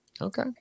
Okay